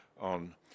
on